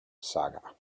saga